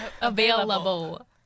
available